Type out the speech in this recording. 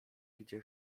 gdzie